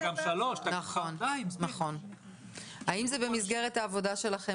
אתה גם 3. האם זה נכלל במסגרת העבודה שלכם